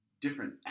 different